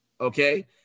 Okay